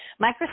Microsoft